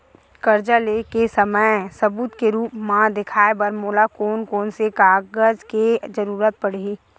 कर्जा ले के समय सबूत के रूप मा देखाय बर मोला कोन कोन से कागज के जरुरत पड़ही?